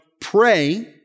Pray